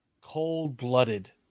cold-blooded